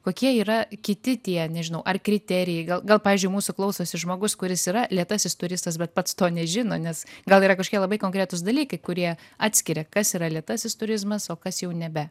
kokie yra kiti tie nežinau ar kriterijai gal gal pavyzdžiui mūsų klausosi žmogus kuris yra lėtasis turistas bet pats to nežino nes gal yra kažkokie labai konkretūs dalykai kurie atskiria kas yra lėtasis turizmas o kas jau nebe